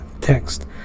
text